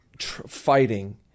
fighting